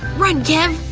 run jim